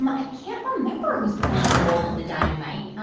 i can't remember who's playing the role of the dynamite.